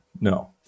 no